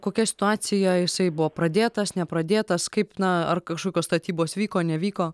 kokia situacija jisai buvo pradėtas nepradėtas kaip na ar kažkokios statybos vyko nevyko